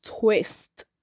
twist